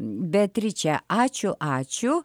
beatriče ačiū ačiū